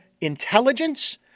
intelligence